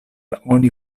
oni